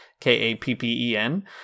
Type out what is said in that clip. K-A-P-P-E-N